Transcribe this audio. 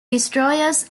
destroyers